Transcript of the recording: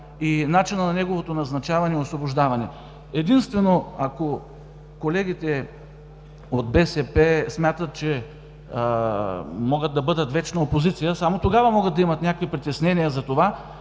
и начинът на неговото назначаване и освобождаване. Единствено, ако колегите от БСП смятат, че могат да бъдат вечна опозиция, само тогава могат да имат някакви притеснения за това,